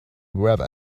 wherever